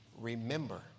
remember